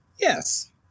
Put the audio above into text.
Yes